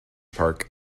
park